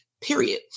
Period